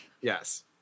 Yes